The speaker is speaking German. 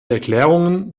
erklärungen